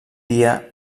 dia